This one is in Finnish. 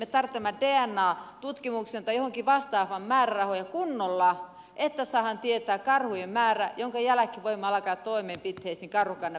me tarvitsemme dna tutkimukseen tai johonkin vastaavaan määrärahoja kunnolla että saadaan tietää karhujen määrä minkä jälkeen voimme alkaa toimenpiteisiin karhukannan vähentämiseksi